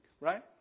right